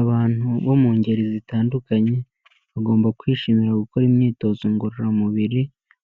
Abantu bo mu ngeri zitandukanye bagomba kwishimira gukora imyitozo ngororamubiri,